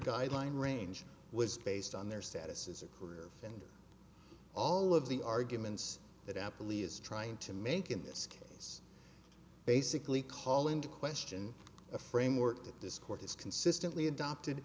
guideline range was based on their status as a career and all of the arguments that apple is trying to make in this case basically call into question a framework that this court has consistently adopted